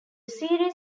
series